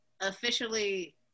officially